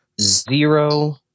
Zero